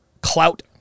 clout